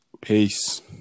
Peace